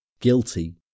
Guilty